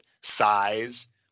size